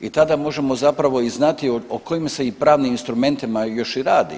i tada možemo zapravo i znati o kojim se i pravnim instrumentima još i radi.